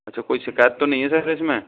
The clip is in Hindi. अच्छा कोई शिकायत तो नहीं है सर इसमें